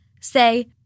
say –